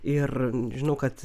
ir žinau kad